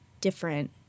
different